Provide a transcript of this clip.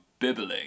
Bibbling